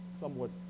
somewhat